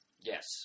Yes